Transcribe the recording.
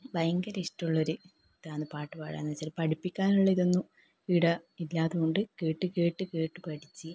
ഭയങ്കര ഇഷ്ട്ടമുള്ള ഒരു ഇതാണ് പാട്ട് പാടാന്ന് വച്ചാൽ പഠിപ്പിക്കാനുള്ള ഇതൊന്നും ഇവിടെ ഇല്ല അതുകൊണ്ട് കേട്ട് കേട്ട് കേട്ട് പഠിച്ച്